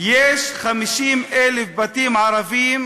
יש 50,000 בתים ערביים